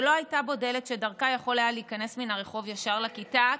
ולא הייתה בו דלת שדרכה היה יכול להיכנס מן הרחוב ישר אל הכיתה,